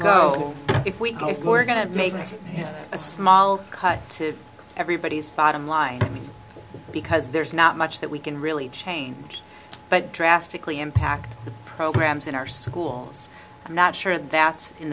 go if we're going to make a small cut to everybody's bottom line because there's not much that we can really change but drastically impact the programs in our schools i'm not sure that's in